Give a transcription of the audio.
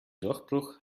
durchbruch